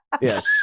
Yes